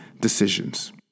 decisions